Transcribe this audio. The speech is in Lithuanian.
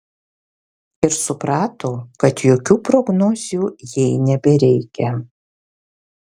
ir suprato kad jokių prognozių jai nebereikia